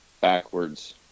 backwards